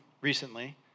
recently